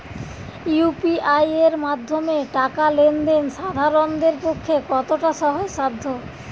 UPI এর মাধ্যমে টাকা লেন দেন সাধারনদের পক্ষে কতটা সহজসাধ্য?